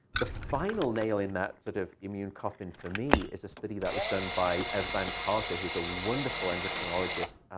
the final nail in that sort of immune coffin for me is a study that was done by eve ah van cauter, who's a wonderful endocrinologist.